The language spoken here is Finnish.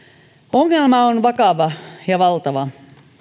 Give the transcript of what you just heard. ongelma on vakava ja valtava